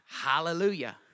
Hallelujah